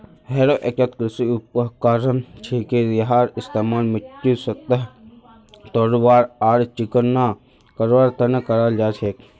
harrow एकता कृषि उपकरण छिके यहार इस्तमाल मिट्टीर सतहक तोड़वार आर चिकना करवार तने कराल जा छेक